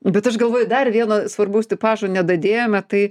bet aš galvoju dar vieno svarbaus tipažo nedadėjome tai